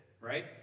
right